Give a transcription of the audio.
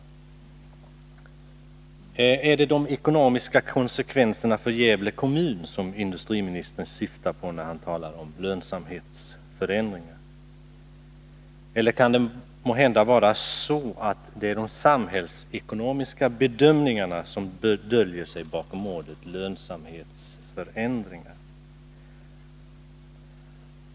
Är det de ekonomiska konsekvenserna för Gävle kommun som industriministern syftar på när han talar om lönsamhetsförändringar? Eller kan det måhända vara så att det är de samhällsekonomiska bedömningarna som döljer sig bakom ordet lönsamhetsförändringar?